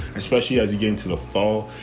especially as again to the fall.